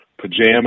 pajamas